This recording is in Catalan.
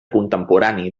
contemporani